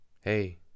Hey